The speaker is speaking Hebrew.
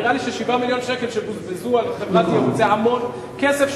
נראה לי ש-7 מיליוני שקלים שבוזבזו על חברת ייעוץ זה המון כסף,